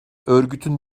örgütün